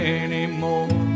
anymore